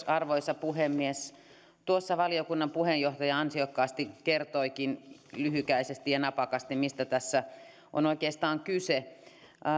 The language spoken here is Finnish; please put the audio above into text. arvoisa puhemies tuossa valiokunnan puheenjohtaja ansiokkaasti kertoikin lyhykäisesti ja napakasti mistä tässä on oikeastaan kyse